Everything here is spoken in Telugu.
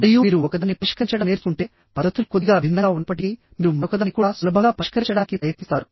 మరియు మీరు ఒకదాన్ని పరిష్కరించడం నేర్చుకుంటే పద్ధతులు కొద్దిగా భిన్నంగా ఉన్నప్పటికీ మీరు మరొకదాన్ని కూడా సులభంగా పరిష్కరించడానికి ప్రయత్నిస్తారు